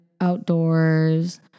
outdoors